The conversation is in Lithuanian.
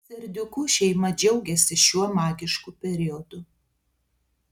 serdiukų šeima džiaugiasi šiuo magišku periodu